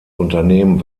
unternehmen